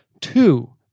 two